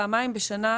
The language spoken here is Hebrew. פעמיים בשנה,